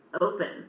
open